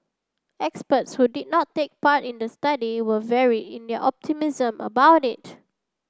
experts who did not take part in the study were varied in their optimism about it